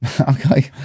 Okay